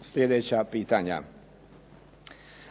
sljedeća pitanja.